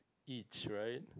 each right